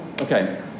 Okay